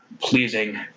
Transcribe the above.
pleasing